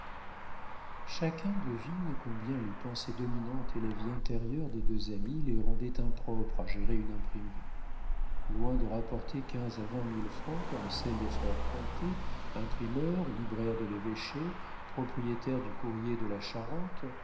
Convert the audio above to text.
chacun devine combien les pensées dominantes et la vie intérieure des deux amis les rendaient impropres à gérer une imprimerie loin de rapporter quinze à vingt mille francs comme celle des frères cointet imprimeurs libraires de l'évêché propriétaires du courrier de la charente